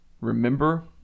remember